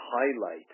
highlight